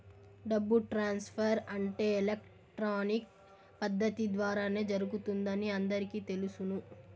డబ్బు ట్రాన్స్ఫర్ అంటే ఎలక్ట్రానిక్ పద్దతి ద్వారానే జరుగుతుందని అందరికీ తెలుసును